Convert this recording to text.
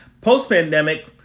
Post-pandemic